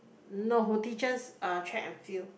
no teacher's uh track and field